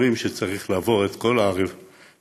אומרים שצריך לעבור את כל הוועדות,